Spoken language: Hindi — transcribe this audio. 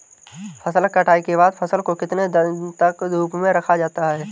फसल कटाई के बाद फ़सल को कितने दिन तक धूप में रखा जाता है?